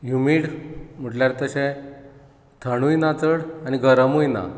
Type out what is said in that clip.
humid म्हटल्यार तशें थंडूय ना चड गरमूय ना